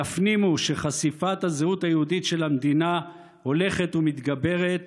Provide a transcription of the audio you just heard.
יפנימו שחשיפת הזהות היהודית של המדינה הולכת ומתגברת